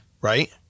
Right